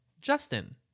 justin